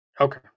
Okay